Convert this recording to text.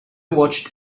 watched